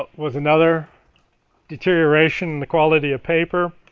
but was another deterioration in the quality of paper.